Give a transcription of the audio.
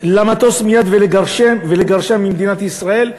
למטוס מייד ולגרשם ממדינת ישראל.